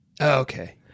okay